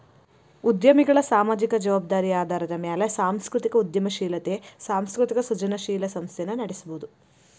ಉದ್ಯಮಿಗಳ ಸಾಮಾಜಿಕ ಜವಾಬ್ದಾರಿ ಆಧಾರದ ಮ್ಯಾಲೆ ಸಾಂಸ್ಕೃತಿಕ ಉದ್ಯಮಶೇಲತೆ ಸಾಂಸ್ಕೃತಿಕ ಸೃಜನಶೇಲ ಸಂಸ್ಥೆನ ನಡಸಬೋದು